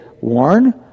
Warn